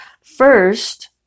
First